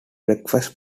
breakfast